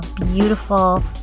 beautiful